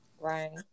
right